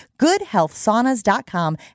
goodhealthsaunas.com